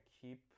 keep